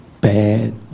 Bad